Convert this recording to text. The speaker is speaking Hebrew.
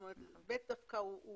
זאת אומרת, (ב) הוא